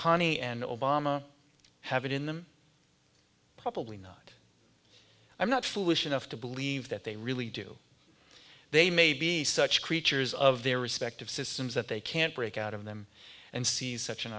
obama have it in them probably not i'm not foolish enough to believe that they really do they may be such creatures of their respective systems that they can't break out of them and seize such an